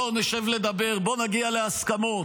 בואו נשב לדבר, בואו נגיע להסכמות.